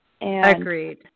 Agreed